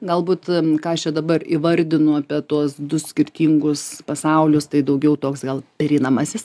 galbūt ką aš čia dabar įvardinu apie tuos du skirtingus pasaulius tai daugiau toks gal pereinamasis